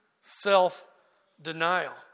self-denial